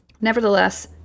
Nevertheless